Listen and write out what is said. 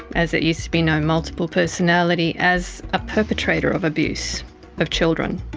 as it used to be known, multiple personality, as a perpetrator of abuse of children.